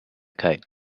kite